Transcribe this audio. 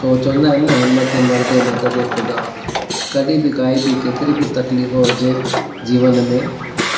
छो चवंदा आहिनि न हिमथ ऐं मर्द ऐं मदद ऐं ख़ुदा कॾहिं बि काई बि केतिरी बि तकलीफ़ हुजे जीवन में